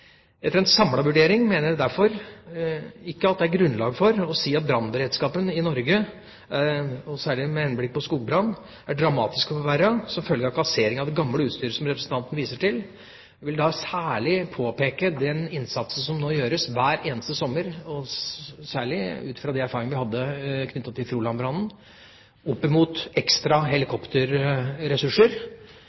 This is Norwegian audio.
Etter en samlet vurdering mener jeg derfor at det ikke er grunnlag for å si at brannberedskapen i Norge – og særlig med henblikk på skogbrann – er dramatisk forverret som følge av kassering av det gamle utstyret, som representanten viser til. Jeg vil da særlig påpeke den innsatsen som gjøres hver eneste sommer – særlig ut fra de erfaringene vi hadde knyttet til Froland-brannen – med ekstra helikopterressurser,